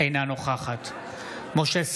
אינה נוכחת משה סעדה,